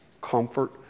comfort